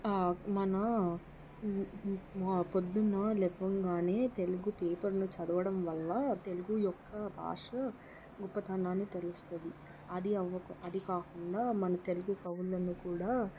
మన పొద్దున్న లేవగానే తెలుగు పేపర్లు చదవడం వల్ల తెలుగు యొక్క భాష గొప్పతనాన్ని తెలుస్తుంది అది ఒక అది కాకుండా మన తెలుగు కవులను కూడా